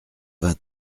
vingt